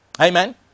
Amen